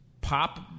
pop